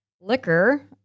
liquor